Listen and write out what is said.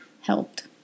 helped